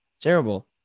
Terrible